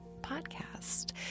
podcast